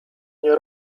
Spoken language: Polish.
nie